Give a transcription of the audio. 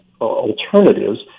alternatives